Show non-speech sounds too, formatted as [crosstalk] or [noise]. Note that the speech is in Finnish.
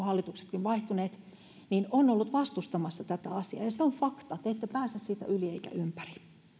[unintelligible] hallituksetkin ovat vaihtuneet ollut vastustamassa tätä asiaa ja se on fakta te ette pääse siitä yli ettekä ympäri